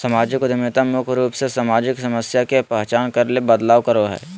सामाजिक उद्यमिता मुख्य रूप से सामाजिक समस्या के पहचान कर बदलाव करो हय